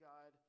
God